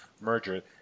merger